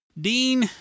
Dean